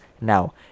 now